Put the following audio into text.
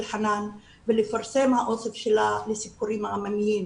חנאן ולפרסם את האוסף שלה לסיפורים העממיים.